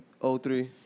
03